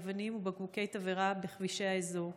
אבנים ובקבוקי תבערה בכבישי האזור.